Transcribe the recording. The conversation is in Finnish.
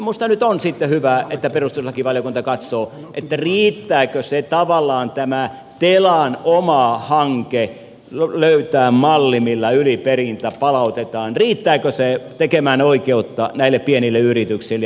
minusta nyt on sitten hyvä että perustuslakivaliokunta katsoo riittääkö se tavallaan tämä telan oma hanke löytää malli millä yliperintä palautetaan tekemään oikeutta näille pienille yrityksille jnp